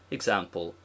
Example